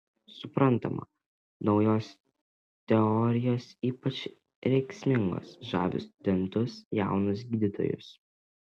suprantama naujos teorijos ypač rėksmingos žavi studentus jaunus gydytojus